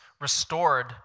restored